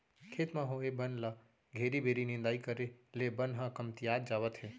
खेत म होए बन ल घेरी बेरी निंदाई करे ले बन ह कमतियात जावत हे